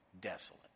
desolate